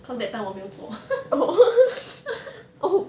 cause that time 我没有做